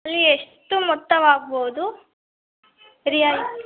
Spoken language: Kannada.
ಅಲ್ಲಿ ಎಷ್ಟು ಮೊತ್ತವಾಗ್ಬೋದು ರಿಯಲ್